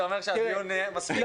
זה אומר שהדיון נהיה מספיק מעניין.